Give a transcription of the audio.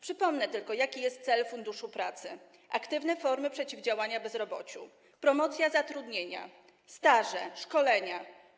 Przypomnę tylko, jaki jest cel Funduszu Pracy: aktywne formy przeciwdziałania bezrobociu, promocja zatrudnienia, staże, szkolenia.